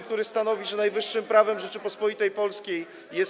który stanowi, że najwyższym prawem Rzeczypospolitej Polskiej jest.